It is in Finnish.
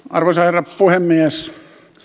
arvoisa herra puhemies